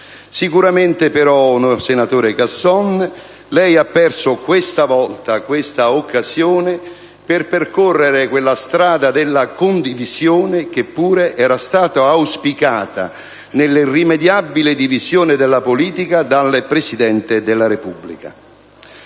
Sicuramente, però, senatore Casson, lei ha perso questa volta questa occasione per percorrere quella strada della condivisione, che pure era stata auspicata, nella irrimediabile divisione della politica, dal Presidente della Repubblica.